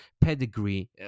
pedigree